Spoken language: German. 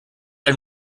ein